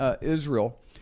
Israel